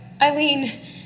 Eileen